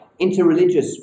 Interreligious